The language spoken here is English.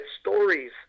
stories